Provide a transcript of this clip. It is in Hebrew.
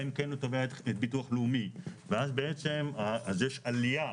אם כן הוא תובע את ביטוח לאומי ואז בעצם יש עלייה.